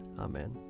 Amen